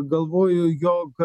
galvoju jog